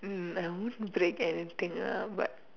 hmm I won't break anything lah but